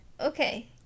Okay